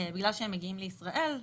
בגלל שהם מגיעים לישראל,